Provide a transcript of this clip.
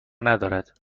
ندارند